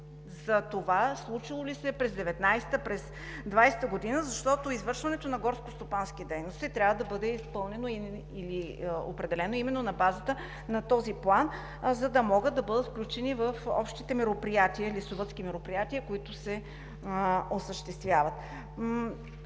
за това: случило ли се е през 2019 – 2020 г.? Защото извършването на горскостопански дейности трябва да бъде изпълнено именно на базата на този план, за да могат да бъдат включени в общите лесовъдски мероприятия, които се осъществяват.